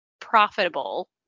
profitable